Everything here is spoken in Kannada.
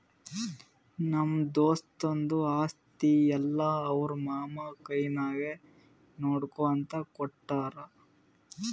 ನಮ್ಮ ದೋಸ್ತದು ಆಸ್ತಿ ಎಲ್ಲಾ ಅವ್ರ ಮಾಮಾ ಕೈನಾಗೆ ನೋಡ್ಕೋ ಅಂತ ಕೊಟ್ಟಾರ್